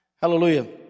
Hallelujah